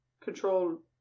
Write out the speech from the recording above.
control